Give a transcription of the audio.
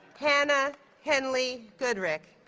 hannah hendley goodrick